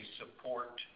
support